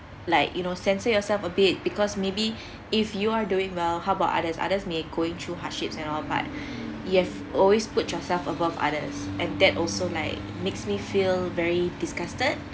like you know censor yourself a bit because maybe if you're doing well how about others others may going through hardships and all but you've always put yourself above others and that also like makes me feel very disgusted